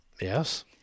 Yes